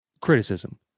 criticism